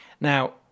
Now